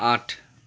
আঠ